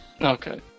Okay